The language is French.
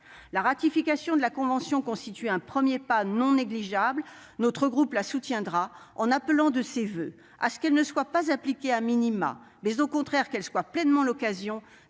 La ratification de la convention constitue un premier pas non négligeable. Notre groupe la soutiendra, en appelant de ses voeux à ce qu'elle ne soit pas appliquée, mais au contraire, qu'elle soit pleinement l'occasion